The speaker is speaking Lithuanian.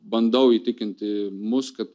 bandau įtikinti mus kad